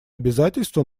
обязательства